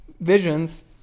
visions